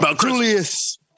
Julius